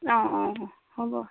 অঁ অঁ হ'ব